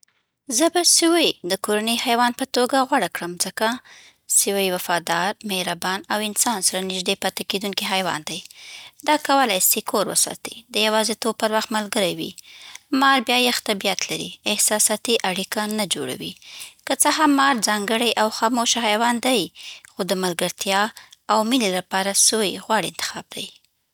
زه به سوی د کورني حیوان په توګه غوره کړم، ځکه: سوی وفادار، مهربان او انسان‌سره نږدې پاتې کېدونکی حیوان دی. دا کولی سي کور وساتي، د یوازیتوب پر وخت ملګری وي. مار بیا یخ طبیعت لري، احساساتي اړیکه نه جوړوي. که څه هم مار ځانګړی او خاموش حیوان دی، خو د ملګرتیا او مینې لپاره سوی غوره انتخاب دی.